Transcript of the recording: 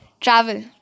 Travel